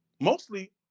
Mostly